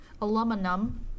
aluminum